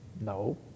no